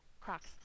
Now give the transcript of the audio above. crocs